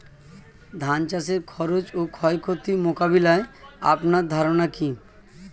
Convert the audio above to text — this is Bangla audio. ধান চাষের খরচ ও ক্ষয়ক্ষতি মোকাবিলায় আপনার ধারণা কী?